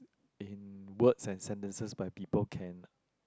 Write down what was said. in words and sentences by people can